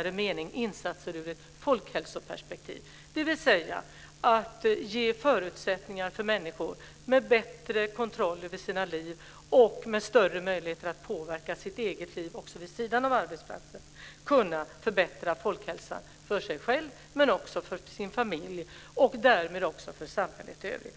om insatser ur ett folkhälsoperspektiv i vidare mening, dvs. att ge förutsättningar för människor - med bättre kontroll över sina liv och med större möjligheter att påverka sitt eget liv också vid sidan av arbetsplatsen - att kunna förbättra hälsan för sig själv men också för sin familj och därmed också för samhället i övrigt.